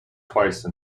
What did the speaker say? twice